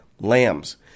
Lambs